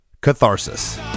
Catharsis